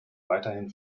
weiterhin